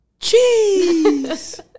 Cheese